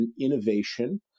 innovation